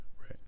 right